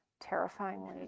terrifyingly